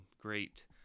great